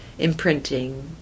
Imprinting